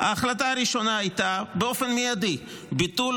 ההחלטה הראשונה הייתה באופן מיידי ביטול